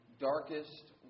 darkest